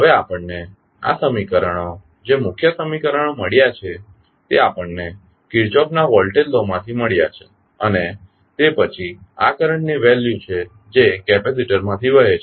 હવે આપણને આ સમીકરણો જે મુખ્ય સમીકરણો મળ્યાં છે તે આપણને કિર્ચોફના વોલ્ટેજ લૉ માંથી મળ્યાં છે અને તે પછી આ કરંટની વેલ્યુ છે જે કેપેસિટરમાથી વહે છે